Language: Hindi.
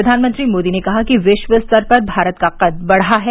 प्रधानमंत्री मोदी ने कहा कि विश्व स्तर पर भारत का कद बढ़ रहा है